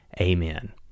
Amen